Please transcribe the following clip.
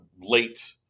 late